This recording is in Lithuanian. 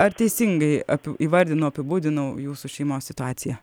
ar teisingai api įvardinau apibūdinau jūsų šeimos situaciją